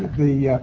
the.